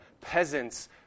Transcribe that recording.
peasants